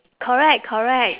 correct correct